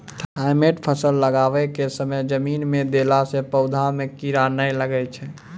Thimet फ़सल लगाबै के समय जमीन मे देला से पौधा मे कीड़ा नैय लागै छै?